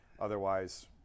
Otherwise